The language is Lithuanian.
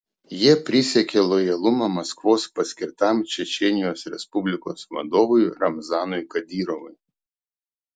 jie prisiekė lojalumą maskvos paskirtam čečėnijos respublikos vadovui ramzanui kadyrovui